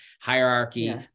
hierarchy